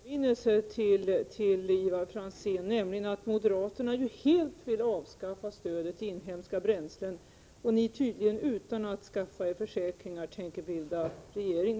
Fru talman! Först bara en påminnelse, Ivar Franzén, om att moderaterna ju helt vill avskaffa stödet till inhemska bränslen — och med dem tänker ni, tydligen utan att skaffa er några försäkringar, bilda regering.